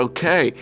Okay